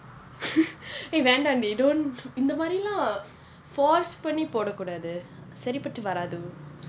!hey! வேண்டாம் டி:vaendaam di don't இந்த மாதிரி எல்லாம்:intha maathiri ellaam force பண்ணி போடா கூடாது சரி பட்டு வராது:panni poda kudaathu sari paatu varaathu